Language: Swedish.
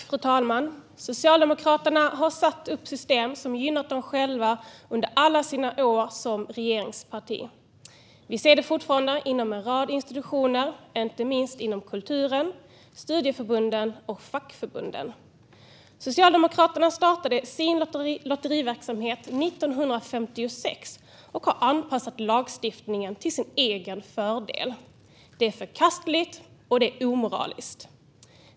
Fru talman! Socialdemokraterna har satt upp system som gynnat dem själva under alla sina år som regeringsparti. Vi ser det fortfarande inom en rad institutioner, inte minst inom kulturen, studieförbunden och fackförbunden. Socialdemokraterna startade sin lotteriverksamhet 1956 och har anpassat lagstiftningen till sin egen fördel. Det är förkastligt, och det är omoraliskt.